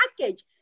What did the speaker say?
package